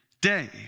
day